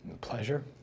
Pleasure